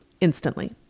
instantly